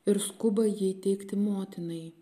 ir skuba jį įteikti motinai